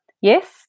Yes